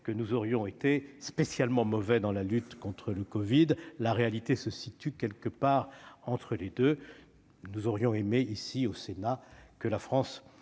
que nous aurions été spécialement mauvais dans la lutte contre le covid. La réalité se situe quelque part entre les deux. Au Sénat, nous aurions aimé que la France